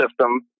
system